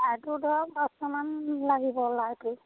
লাইটো ধৰক পাঁচটামান লাগিব লাইটো